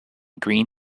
green